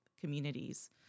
communities